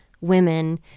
women